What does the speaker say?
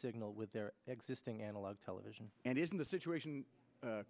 signal with their existing analog television and in the situation